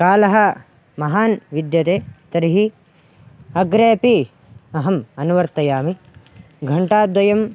कालः महान् विद्यते तर्हि अग्रेऽपि अहम् अनुवर्तयामि घण्टाद्वयं